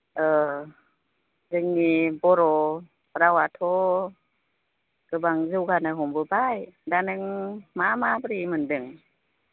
जोंनि बर' रावआथ गोबां जौगानो हमबोबाय दा नों मा माब्रै मोनदों